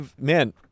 man